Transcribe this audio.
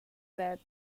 that